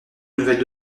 nouvelles